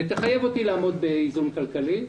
ותחייב אותי לעמוד באיזון כלכלי.